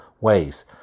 ways